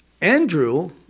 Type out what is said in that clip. Andrew